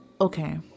Okay